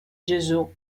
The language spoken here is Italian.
gesù